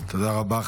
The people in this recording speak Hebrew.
תודה רבה.